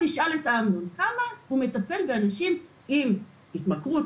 תשאל את אמנון כמה הוא מטפל באנשים עם התמכרות